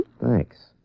Thanks